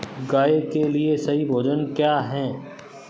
गाय के लिए सही भोजन क्या है?